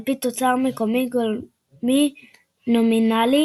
על פי תוצר מקומי גולמי נומינלי,